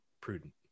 prudent